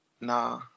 Nah